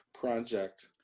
project